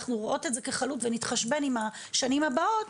אנחנו רואות את זה כחלוט ונתחשבן בשנים הבאות,